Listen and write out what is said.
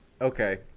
Okay